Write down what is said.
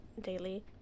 daily